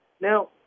Now